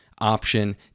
option